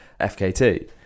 FKT